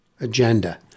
agenda